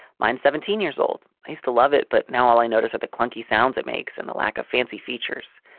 mine seventeen years old. i used to love it, but now all i notice are the clunky sounds it makes and the lack of fancy features.